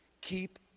keep